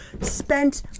spent